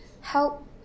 help